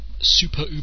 super